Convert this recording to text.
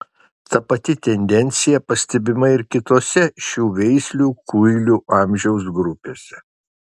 ta pati tendencija pastebima ir kitose šių veislių kuilių amžiaus grupėse